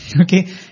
Okay